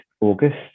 August